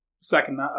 second